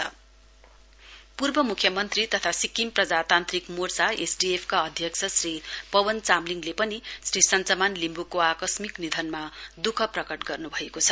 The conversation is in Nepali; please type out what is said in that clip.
फरमर सीएम कन्डोलेन्स पूर्व म्ख्यमन्त्री तथा सिक्किम प्रजातान्त्रिक मोर्चा एसडीएफका अध्यक्ष श्री पवन चामलिङले पनि श्री सञ्चमान लिम्ब्को आक्समिक निधनमा द्ःख प्रकट गर्न् भएको छ